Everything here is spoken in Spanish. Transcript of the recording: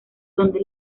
donde